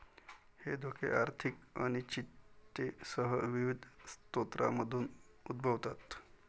हे धोके आर्थिक अनिश्चिततेसह विविध स्रोतांमधून उद्भवतात